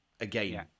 again